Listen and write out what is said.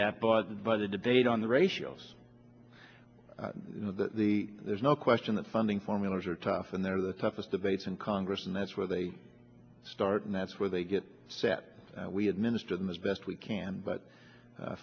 that but the budget debate on the ratios that the there's no question that funding formulas are tough and they're the toughest debates in congress and that's where they start and that's where they get set we administer them as best we can but